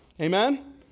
Amen